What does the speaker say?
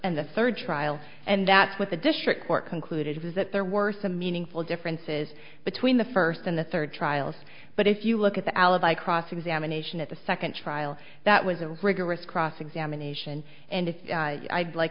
and the third trial and that's what the district court concluded was that there were some meaningful differences between the first and the third trials but if you look at the alibi cross examination at the second trial that was a rigorous cross examination and if i'd like